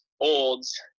Olds